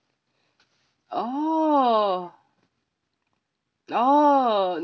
oh oh